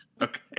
okay